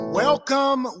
welcome